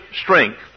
strength